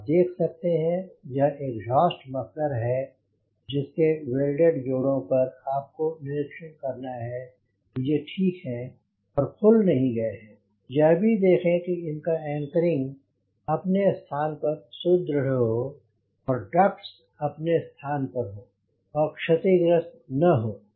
आप देख सकते हैं यह एग्जॉस्ट मफलर है जिसके वेल्डेड जोड़ों पर आपको निरीक्षण करना है कि ये ठीक हैं और खुल नहीं गए हैं यह भी देखें कि इनका एंकरिंग अपने स्थान पर सुदृढ़ हो और डक्ट्स अपने स्थान पर हों और क्षतिग्रस्त न हों